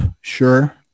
Sure